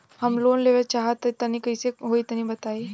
हम लोन लेवल चाहऽ तनि कइसे होई तनि बताई?